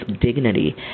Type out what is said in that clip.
dignity